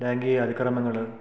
ലൈംഗിക അതിക്രമങ്ങൾ